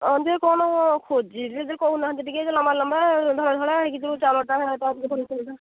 ହଁ ଯେ କ'ଣ ଖୋଜିକି କହୁନାହାଁନ୍ତି ଟିକେ ଲମ୍ବା ଲମ୍ବା ଧଳାଧଳା ହୋଇକି ଯେଉଁ ଚାଉଳଟା ସେଇଟା